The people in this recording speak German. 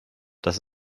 das